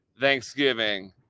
thanksgiving